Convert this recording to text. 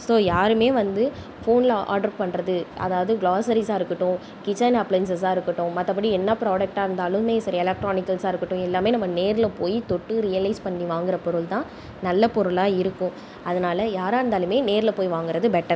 so யாரும் வந்து ஃபோனில் ஆர்ட்ரு பண்ணுறது அதாவது க்ராஸரீஸா இருக்கட்டும் கிச்சன் அப்லைன்ஸெஸ்ஸாக இருக்கட்டும் மத்தபடி என்ன ப்ராடெக்டாக இருந்தாலும் சரி எலக்ட்ரானிக்கல்ஸாக இருக்கட்டும் எல்லாம் நம்ம நேரில் போய் தொட்டு ரியலைஸ் பண்ணி வாங்கிற பொருள் தான் நல்ல பொருளாக இருக்கும் அதனால் யாராக இருந்தாலும் நேரில் போய் வாங்குவது பெட்டர்